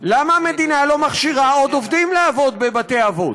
למה המדינה לא מכשירה עוד עובדים לעבוד בבתי-אבות?